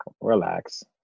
Relax